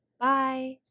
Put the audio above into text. Bye